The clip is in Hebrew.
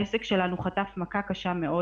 העסק שלנו חטף מכה קשה מאוד.